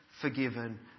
forgiven